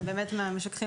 זה באמת מהמשככים,